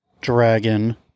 dragon